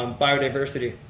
um biodiversity,